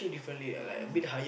yeah